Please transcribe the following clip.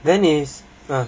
then is ah